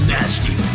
Nasty